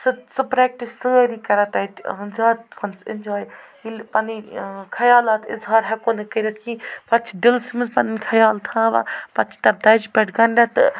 سُہ سُہ پرٛٮ۪کٹِس سٲری کران تَتہِ زیادٕ پہنَس اٮ۪نجاے ییٚلہِ پَنٕنۍ خیالات اظہار ہٮ۪کَو نہٕ کٔرِتھ کِہیٖنۍ پتہٕ چھِ دِلسٕے منٛز پَنٕنۍ خیال تھاوان پتہٕ چھِ تَتھ دَجہِ پٮ۪ٹھ گھنڈان تہٕ